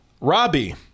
Robbie